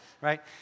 right